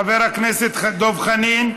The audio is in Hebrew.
חבר הכנסת דב חנין,